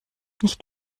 nicht